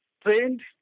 trained